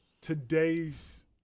today's